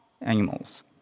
animals